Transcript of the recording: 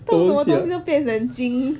不懂什么东西要变成金